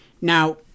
now